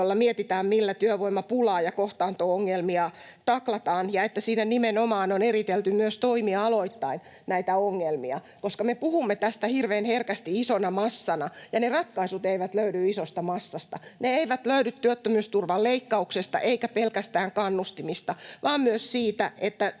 jolla mietitään, millä työvoimapulaa ja kohtaanto-ongelmia taklataan, ja että siinä nimenomaan on eritelty myös toimialoittain näitä ongelmia. Me puhumme tästä hirveän herkästi isona massana, mutta ne ratkaisut eivät löydy isosta massasta, ne eivät löydy työttömyysturvan leikkauksesta eivätkä pelkästään kannustimista vaan myös siitä, että se työpaikka